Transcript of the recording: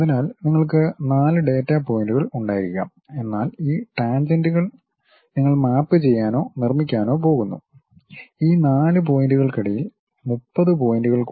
അതിനാൽ നിങ്ങൾക്ക് 4 ഡാറ്റ പോയിന്റുകൾ ഉണ്ടായിരിക്കാം എന്നാൽ ഈ ടാൻജന്റുകൾ നിങ്ങൾ മാപ്പ് ചെയ്യാനോ നിർമ്മിക്കാനോ പോകുന്നു ഈ 4 പോയിന്റുകൾക്കിടയിൽ 30 പോയിന്റുകൾ കൂടി ഇൻ്റർപൊലേറ്റ് ചെയ്യുന്നു